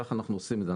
כך אנחנו עושים את זה.